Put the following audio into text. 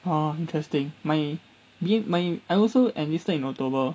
ah interesting my b~ I also enlisted in october